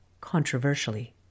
controversially